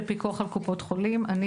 אתם יודעים שפיקוח על קופות חולים אני